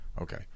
Okay